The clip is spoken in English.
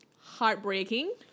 heartbreaking